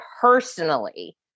personally